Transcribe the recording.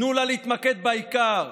תנו לה להתמקד בעיקר,